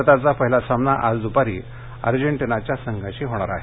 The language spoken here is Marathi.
भारताचा पहिला सामना आज दुपारी अर्जेंटिनाच्या संघाशी होणार आहे